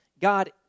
God